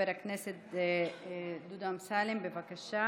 לוועדת הבריאות נתקבלה.